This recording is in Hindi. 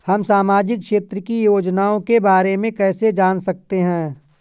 हम सामाजिक क्षेत्र की योजनाओं के बारे में कैसे जान सकते हैं?